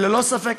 ללא ספק,